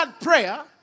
prayer